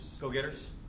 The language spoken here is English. Go-getters